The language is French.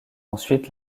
ensuite